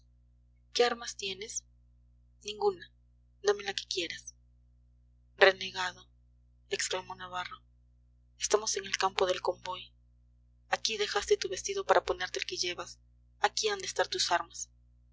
qué armas tienes ninguna dame la que quieras renegado exclamó navarro estamos en el campo del convoy aquí dejaste tu vestido para ponerte el que llevas aquí han de estar tus armas